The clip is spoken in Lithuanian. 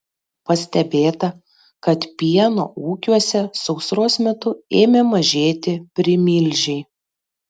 pastebėta kad pieno ūkiuose sausros metu ėmė mažėti primilžiai